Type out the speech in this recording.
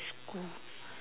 school